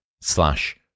slash